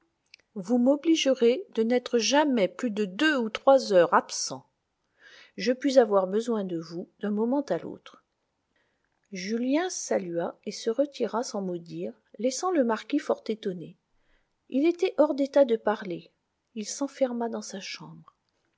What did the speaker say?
vous m'obligerez de n'être jamais plus de deux ou trois heures absent je puis avoir besoin de vous d'un moment à l'autre julien salua et se retira sans mot dire laissant le marquis fort étonné il était hors d'état de parler il s'enferma dans sa chambre